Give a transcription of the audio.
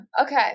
Okay